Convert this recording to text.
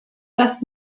das